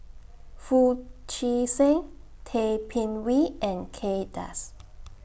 Foo Chee San Tay Bin Wee and Kay Das